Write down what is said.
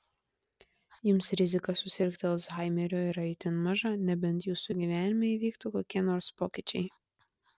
jums rizika susirgti alzhaimeriu yra itin maža nebent jūsų gyvenime įvyktų kokie nors pokyčiai